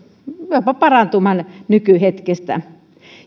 jopa parantumaan nykyhetkestä